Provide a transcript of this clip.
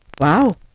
wow